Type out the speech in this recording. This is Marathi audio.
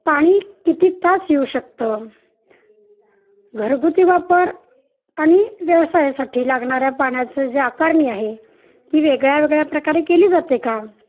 पाणी किती तास येऊ शकतं घरगुती वापर आणि व्यवसायासाठी लागणाऱ्या पाण्याचं जी आकारणी आहे ती वेगळ्या वेगळ्या प्रकारे केली जाते का